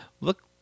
look